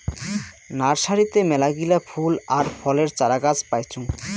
নার্সারিতে মেলাগিলা ফুল আর ফলের চারাগাছ পাইচুঙ